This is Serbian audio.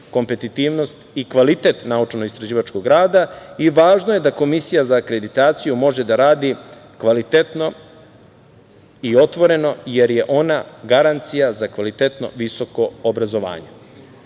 kompetitivnost i kvalitet naučno-istraživačkog rada. Važno je da Komisija za akreditaciju može da radi kvalitetno i otvoreno jer je ona garancija za kvalitetno visoko obrazovanje. Što